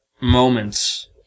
moments